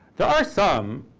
there are some.